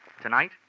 Tonight